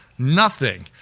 nothing.